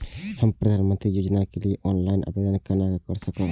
हम प्रधानमंत्री योजना के लिए ऑनलाइन आवेदन केना कर सकब?